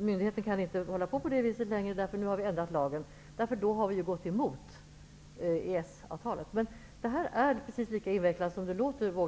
myndigheten inte längre kan bete sig som den gör. Om vi skulle göra på det sättet går vi emot EES-avtalet. Det här är precis lika invecklat som det låter.